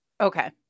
Okay